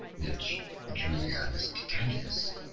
which julianus titianus,